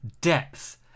depth